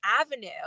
avenue